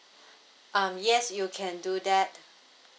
um yes you can do that